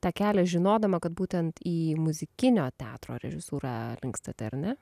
tą kelią žinodama kad būtent į muzikinio teatro režisūrą linkstate ar ne